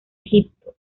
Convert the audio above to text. egipto